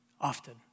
often